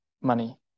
money